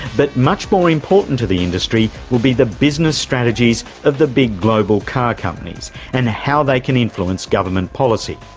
but much more important to the industry will be the business strategies of the big global car companies and how they can influence government policy.